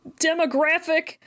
demographic